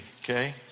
okay